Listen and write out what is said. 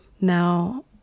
Now